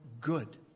good